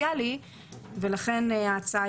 אימאן ח'טיב יאסין,